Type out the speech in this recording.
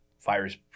virus